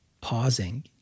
pausing